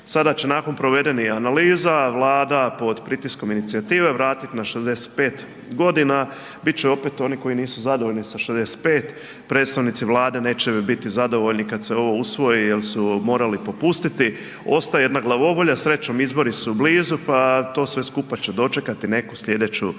sada će nakon provedenih analiza Vlada pod pritiskom inicijative vratiti na 65 godina. Bit će opet onih koji nisu zadovoljni sa 65, predstavnici Vlade neće biti zadovoljni kada se ovo usvoji jer su morali popustiti, ostaje jedna glavobolja. Srećom izbori su blizu pa će sve to skupa dočekati neku sljedeću vladu